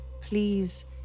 please